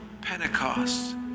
Pentecost